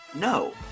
No